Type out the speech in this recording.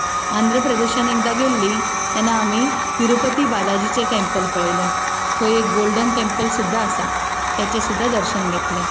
Andre प्रदेशान एकदां गेल्लीं तेन्ना आमी तिरुपती बालाजीचें टॅम्पल पळयलें थंय एक गोल्डन टॅम्पल सुद्धा आसा ताचें सुद्धा दर्शन घेतलें